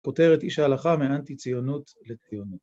‫כותרת איש ההלכה ‫מהאנטי-ציונות לציונות.